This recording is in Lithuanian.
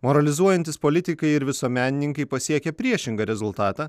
moralizuojantys politikai ir visuomenininkai pasiekia priešingą rezultatą